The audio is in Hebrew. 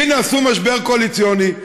והנה, עשו משבר קואליציוני.